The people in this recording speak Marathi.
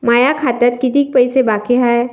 माया खात्यात कितीक पैसे बाकी हाय?